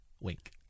wink